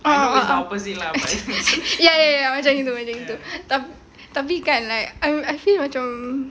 ah ah ah ya ya ya macam gitu macam gitu tapi kan like I'm I feel macam